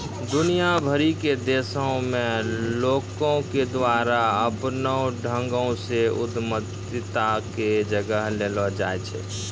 दुनिया भरि के देशो मे लोको के द्वारा अपनो ढंगो से उद्यमिता के जगह देलो जाय छै